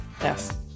Yes